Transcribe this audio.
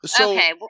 Okay